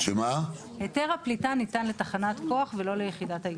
היתר הפליטה ניתן לתחנת כוח ולא ליחידת הייצור.